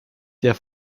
der